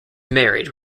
married